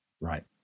Right